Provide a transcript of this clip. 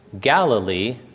Galilee